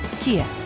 Kia